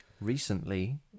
Recently